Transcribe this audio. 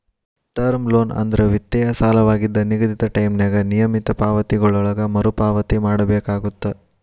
term loan ಅಂದ್ರ ವಿತ್ತೇಯ ಸಾಲವಾಗಿದ್ದ ನಿಗದಿತ ಟೈಂನ್ಯಾಗ ನಿಯಮಿತ ಪಾವತಿಗಳೊಳಗ ಮರುಪಾವತಿ ಮಾಡಬೇಕಾಗತ್ತ